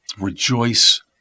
Rejoice